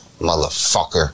motherfucker